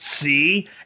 See